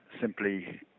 simply